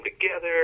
together